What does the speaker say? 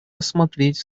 рассмотреть